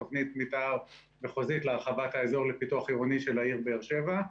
תוכנית מתאר מחוזית להרחבת האזור לפיתוח עירוני של העיר באר שבע,